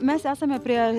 mes esame prie